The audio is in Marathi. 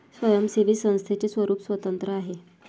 स्वयंसेवी संस्थेचे स्वरूप स्वतंत्र आहे